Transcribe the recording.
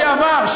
לשעבר,